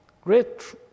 Great